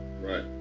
Right